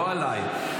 לא עליי.